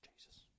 Jesus